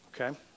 Okay